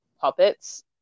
puppets